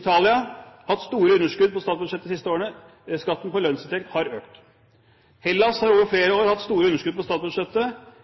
Italia har hatt store underskudd på statsbudsjettet de siste årene. Skatten på lønnsinntekt har økt. Hellas har over flere år hatt store underskudd på statsbudsjettet,